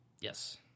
Yes